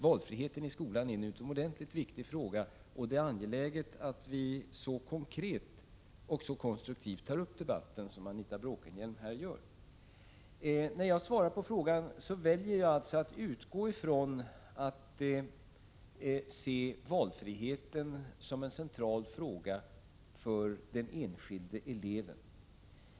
Valfriheten i skolan är en utomordentligt viktig fråga, och det är angeläget att föra den debatten så konkret och konstruktivt som Anita Bråkenhielm här gör. När jag svarar på interpellationen väljer jag att utgå från att se valfriheten som en central fråga för den enskilde eleven.